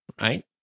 right